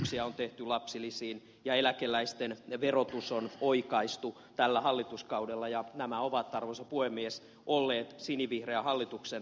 tasokorotuksia on tehty lapsilisiin ja eläkeläisten verotus on oikaistu tällä hallituskaudella ja nämä ovat arvoisa puhemies olleet sinivihreän hallituksen arvovalintoja